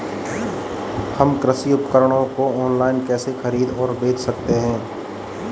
हम कृषि उपकरणों को ऑनलाइन कैसे खरीद और बेच सकते हैं?